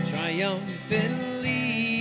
Triumphantly